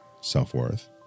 self-worth